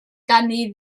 ganddi